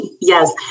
Yes